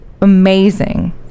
Amazing